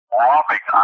robbing